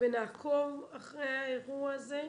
ונעקוב אחרי האירוע הזה.